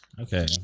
okay